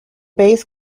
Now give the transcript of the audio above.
base